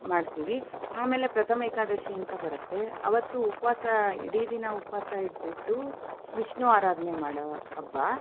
ಮಾಡ್ತೀವಿ ಆಮೇಲೆ ಪ್ರಥಮ ಏಕಾದಶಿ ಅಂತ ಬರುತ್ತೆ ಆವತ್ತು ಉಪವಾಸ ಇಡೀ ದಿನ ಉಪವಾಸ ಇದ್ಬಿಟ್ಟು ವಿಷ್ಣು ಆರಾಧನೆ ಮಾಡೋ ಹಬ್ಬ